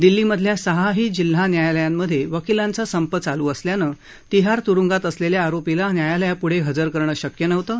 दिल्लीमधल्या सहाही जिल्हा न्यायालयांमधे वकीलांचा संप चालू असल्यानं तिहार त्रुंगात असलेल्या आरोपीला न्यायालयाप्ढे हजर करणं शक्य नव्हतं